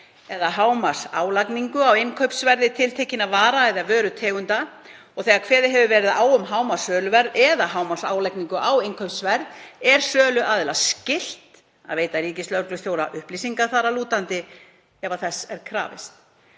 eða hámarksálagningu á innkaupsverð tiltekinna vara eða vörutegunda. Þegar kveðið hefur verið á um hámarkssöluverð eða hámarksálagningu á innkaupsverð er söluaðila skylt að veita ríkislögreglustjóra upplýsingar þar að lútandi, ef þess er krafist.“